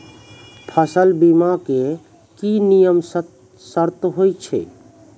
फसल बीमा के की नियम सर्त होय छै?